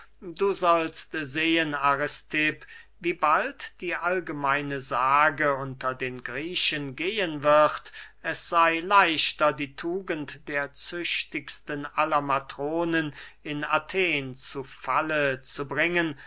du sollst sehen aristipp wie bald die allgemeine sage unter den griechen gehen wird es sey leichter die tugend der züchtigsten aller matronen in athen zu falle zu bringen